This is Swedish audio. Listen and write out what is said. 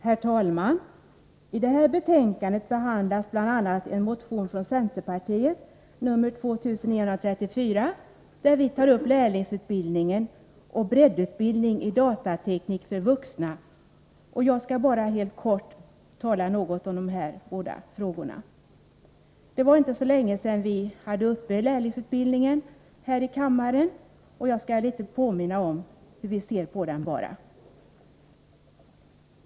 Herr talman! I det här betänkandet behandlas bl.a. en motion från centerpartiet, nr 2934, där vi tar upp lärlingsutbildning och breddutbildning i datateknik för vuxna. Jag skall bara helt kort tala något om dessa båda frågor. Det var inte så länge sedan vi diskuterade lärlingsutbildningen här i kammaren, och jag skall därför bara påminna om hur vi ser på denna.